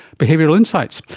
behavioural insights.